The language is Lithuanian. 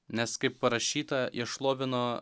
nes kaip parašyta jie šlovino